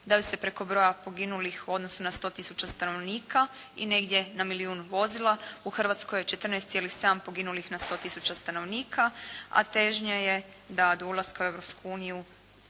daju se preko broja poginulih u odnosu na 100 tisuća stanovnika i negdje na milijun vozila. U Hrvatskoj je 14,7 poginulih na 100 tisuća stanovnika, a težnja je da do ulaska u